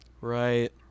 Right